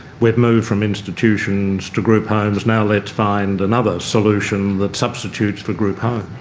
we have moved from institutions to group homes. now let's find another solution that substitutes for group home.